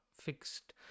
fixed